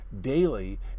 daily